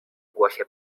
głosie